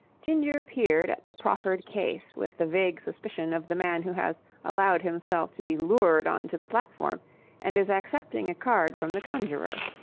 ginger peered at the proffered case with the vague suspicion of the man who has allowed himself to be lured on to the platform and is accepting a card from the conjurer.